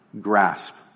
grasp